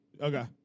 Okay